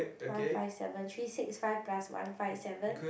one five seven three six five plus one five seven